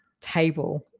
table